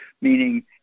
meaning